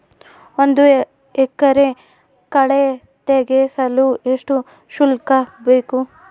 ಒಂದು ಎಕರೆ ಕಳೆ ತೆಗೆಸಲು ಎಷ್ಟು ಶುಲ್ಕ ಬೇಕು?